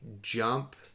jump